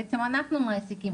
בעצם אנחנו מעסיקים,